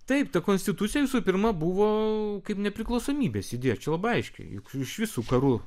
taip ta konstitucija visų pirma buvo kaip nepriklausomybės idėja čia labai aiškiai juk iš visų karų